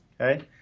okay